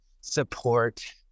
support